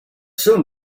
soon